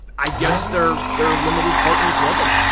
i guess their their limited partners love them.